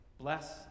bless